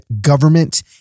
government